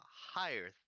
higher